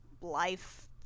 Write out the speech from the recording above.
Life